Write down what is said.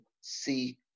see